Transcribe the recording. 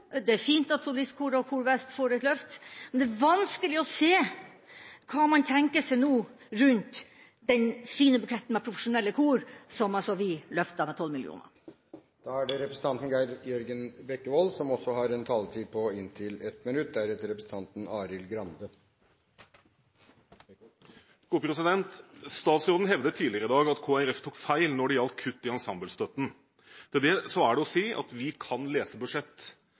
det er fint at Det Norske Solistkor og Kor Vest får et løft, men det er vanskelig å se hva man nå tenker rundt den fine buketten med profesjonelle kor som vi løftet med 12 mill. kr. Representanten Geir Jørgen Bekkevold har hatt ordet to ganger tidligere og får ordet til en kort merknad, begrenset til 1 minutt. Statsråden hevdet tidligere i dag at Kristelig Folkeparti tok feil når det gjaldt kutt i ensemblestøtten. Til det er det å si at vi kan lese budsjett.